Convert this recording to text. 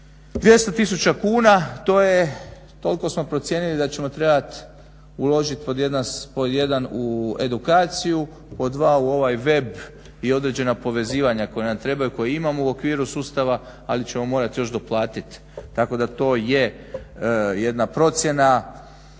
200 tisuća kuna, to je, toliko smo procijenili da ćemo trebati uložiti pod jedan u edukaciju, pod dva u ovaj web i određena povezivanja koja nam trebaju, koja imamo u okviru sustava ali ćemo morati još doplatiti tako da to je jedna procjena.